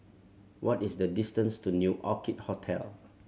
what is the distance to New Orchid Hotel